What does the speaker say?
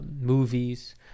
movies